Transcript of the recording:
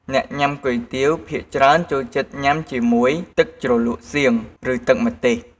អ្នកញុាំគុយទាវភាគច្រើនចូលចិត្តញុំាជាមួយ ទឹកជ្រលក់សៀង ឬទឹកម្ទេស។